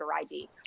ID